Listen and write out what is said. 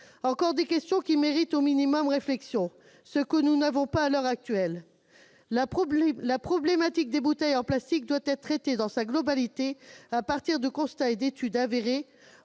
? Toutes ces questions méritent un minimum de réflexion, ce qui n'a pas été fait à l'heure actuelle. La problématique des bouteilles en plastique doit être traitée dans sa globalité, à partir de constats et d'études avérés,